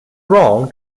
wrong